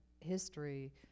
history